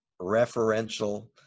referential